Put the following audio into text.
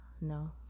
No